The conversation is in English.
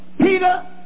Peter